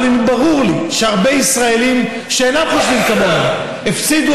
אבל ברור לי שהרבה ישראלים שאינם חושבים כמוני הפסידו